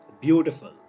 Beautiful